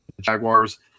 Jaguars